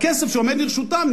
הכסף שעומד לרשותם,